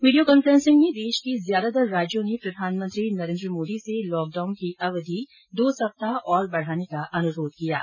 video conferencing में देश के ज्यादातर राज्यों ने प्रधानमंत्री नरेन्द्र मोदी से लॉकडाउन की अवधि दो सप्ताह और बढाने का अनुरोध किया है